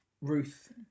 Ruth